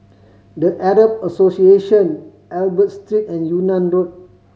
The Arab Association Albert Street and Yunnan Road